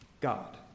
God